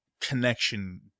connection